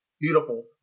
Beautiful